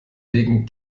legen